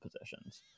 positions